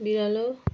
बिरालो